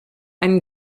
einen